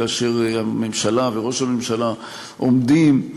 כאשר הממשלה וראש הממשלה עומדים,